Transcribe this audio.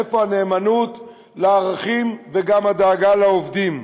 איפה הנאמנות לערכים וגם הדאגה לעובדים?